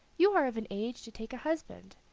you are of an age to take a husband,